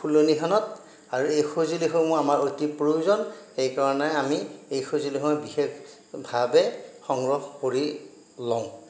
ফুলনিখনত আৰু এই সঁজুলিসমূহ আমাৰ অতি প্ৰয়োজন সেইকাৰণে আমি এই সঁজুলিসমূহ বিশেষভাৱে সংগ্ৰহ কৰি লওঁ